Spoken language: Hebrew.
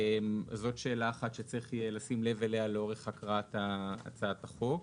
זאת שאלה אחת שצריך יהיה לשים לב אליה לאורך הקראת הצעת החוק.